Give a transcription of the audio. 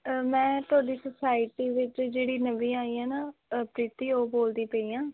ਮੈਂ ਤੁਹਾਡੀ ਸੁਸਾਈਟੀ ਵਿੱਚ ਜਿਹੜੀ ਨਵੀਂ ਆਈ ਹਾਂ ਨਾ ਅ ਪ੍ਰੀਤੀ ਉਹ ਬੋਲਦੀ ਪਈ ਹਾਂ